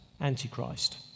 Antichrist